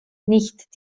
nicht